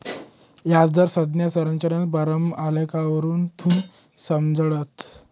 याजदर संज्ञा संरचनाना बारामा आलेखवरथून समजाडतस